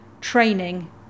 training